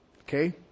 Okay